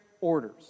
orders